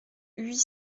huit